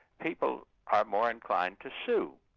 people are more inclined to sue.